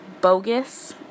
bogus